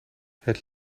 het